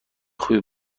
خوبی